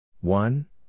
One